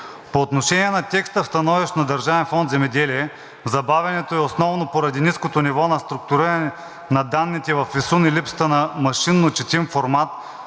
По отношение на текста в становището на Държавен фонд „Земеделие“ забавянето е основно поради ниското ниво на структуриране на данните в ИСУН и липсата на машинночетим формат,